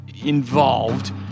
involved